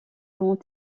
grands